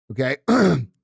okay